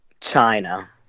China